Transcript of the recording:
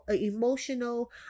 Emotional